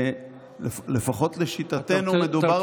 לפחות בשיטתנו מדובר בקיזוז --- אתה